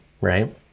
right